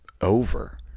over